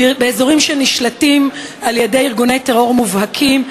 באזורים שנשלטים על-ידי ארגוני טרור מובהקים.